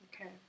Okay